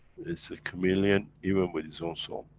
it's a chameleon, even with his own soul.